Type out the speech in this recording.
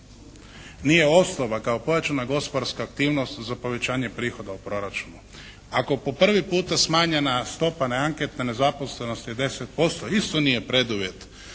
nije osnova kao pojačana gospodarska aktivnost za povećanje prihoda u proračunu. Ako po prvi puta smanjena stopa neanketne nezaposlenosti 10% isto nije preduvjet